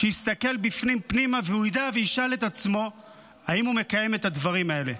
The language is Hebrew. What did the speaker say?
שיסתכל פנימה וישאל את עצמו אם הוא מקיים את הדברים האלה.